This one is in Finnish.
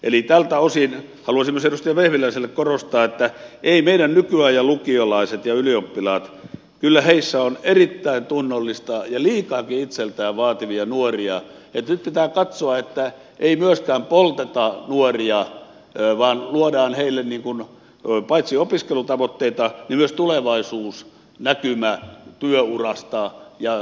eli tältä osin haluaisin myös edustaja vehviläiselle korostaa että kyllä meidän nykyajan lukiolaisissa ja ylioppilaissa on erittäin tunnollisia ja liikaakin itseltään vaativia nuoria että nyt pitää katsoa että ei myöskään polteta nuoria vaan luodaan heille paitsi opiskelutavoitteita myös tulevaisuusnäkymä työurasta ja tulevaisuudesta suomessa